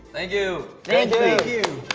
thank you. thank you.